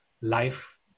life